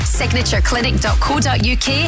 signatureclinic.co.uk